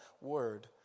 word